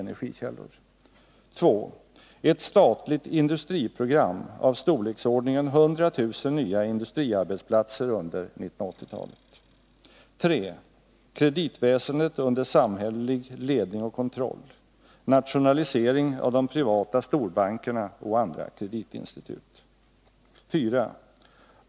Ett statligt industriprogram av storleksordningen 100 000 nya industriarbetsplatser under 1980-talet. 3. Kreditväsendet under samhällelig ledning och kontroll. Nationalisering av de privata storbankerna och andra kreditinstitut. 4.